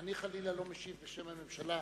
אני חלילה לא משיב בשם הממשלה,